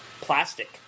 plastic